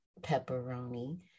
pepperoni